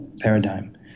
paradigm